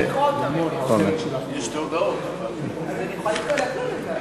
אני יכולה לקרוא אותן.